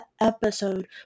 episode